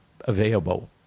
available